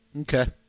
Okay